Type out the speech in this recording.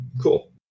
cool